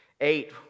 Eight